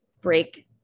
break